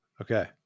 Okay